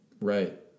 Right